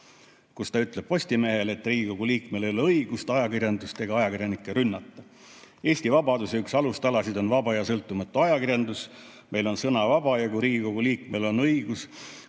Ta ütles Postimehele, et Riigikogu liikmel ei ole õigust ajakirjandust ega ajakirjanikke rünnata: "Eesti vabaduse üks alustalasid on vaba ja sõltumatu ajakirjandus. Meil on sõna vaba ja ka riigikogu liikmel on õigus